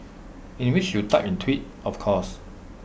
in which you typed in twit of course